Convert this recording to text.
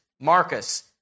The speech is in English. Marcus